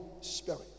Spirit